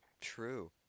True